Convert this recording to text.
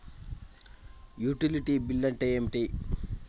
Utility bill అంటే ఏమిటి?